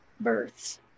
births